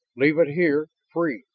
leave it here, free,